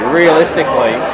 realistically